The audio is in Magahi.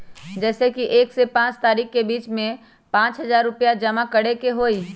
जैसे कि एक से पाँच तारीक के बीज में पाँच हजार रुपया जमा करेके ही हैई?